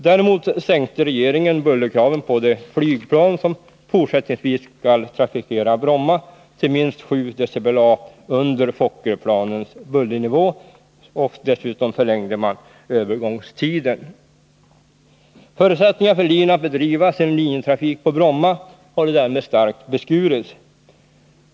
Däremot sänkte regeringen bullerkraven för de flygplan som fortsättningsvis skall trafikera Bromma till minst 7 dBA under Fokkerplanens bullernivå, och dessutom förlängde man övergångstiden. Förutsättningarna för LIN att bedriva sin linjetrafik på Bromma hade därmed starkt beskurits.